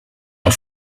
are